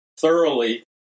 thoroughly